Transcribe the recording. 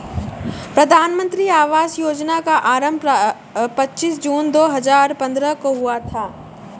प्रधानमन्त्री आवास योजना का आरम्भ पच्चीस जून दो हजार पन्द्रह को हुआ था